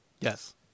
Yes